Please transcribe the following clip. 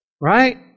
Right